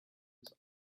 his